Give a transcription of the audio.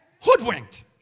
Hoodwinked